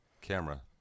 camera